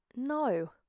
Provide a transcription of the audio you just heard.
No